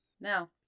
now